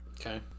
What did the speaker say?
Okay